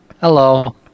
Hello